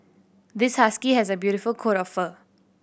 this husky has a beautiful coat of fur